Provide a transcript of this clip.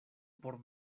por